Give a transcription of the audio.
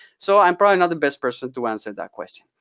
so i'm probably not the best person to answer that question.